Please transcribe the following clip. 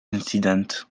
incident